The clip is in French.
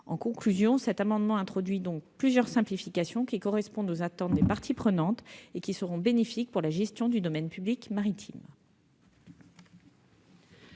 a donc pour objet d'introduire plusieurs simplifications, qui correspondent aux attentes des parties prenantes et qui seront bénéfiques à la gestion du domaine public maritime.